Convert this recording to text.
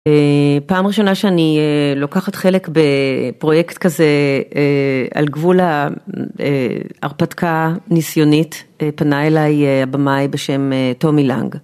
פעם ראשונה שאני לוקחת חלק בפרויקט כזה על גבול ההרפתקאה ניסיונית פנה אליי הבמאי בשם טומי לנג.